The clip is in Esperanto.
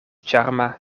ĉarma